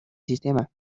sistema